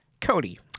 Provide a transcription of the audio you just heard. Cody